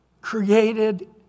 created